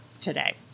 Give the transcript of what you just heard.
today